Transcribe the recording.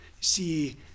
See